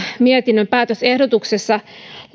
mietinnön päätösehdotuksessa